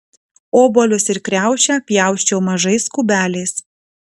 obuolius ir kriaušę pjausčiau mažais kubeliais